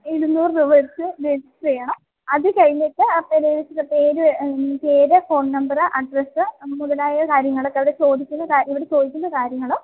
ഇരുന്നൂറ് രൂപ വെച്ച് രജിസ്റ്റര് ചെയ്യണം അത് കഴിഞ്ഞിട്ട് പേര് ഫോൺ നമ്പര് അഡ്രസ് മുതലായ കാര്യങ്ങളൊക്കെ അവിടെ ചോദിക്കുന്ന ഇവിടെ ചോദിക്കുന്ന കാര്യങ്ങള്